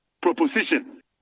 Proposition